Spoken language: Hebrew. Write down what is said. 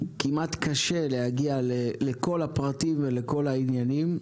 כמעט קשה להגיע לכל הפרטים ולכל העניינים.